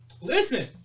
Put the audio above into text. Listen